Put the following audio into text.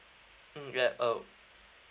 mm ya oh